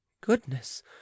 Goodness